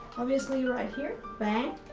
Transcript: obviously right here. bang!